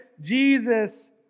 Jesus